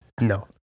no